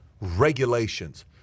regulations